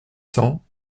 cents